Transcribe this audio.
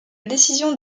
décision